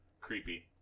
creepy